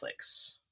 Netflix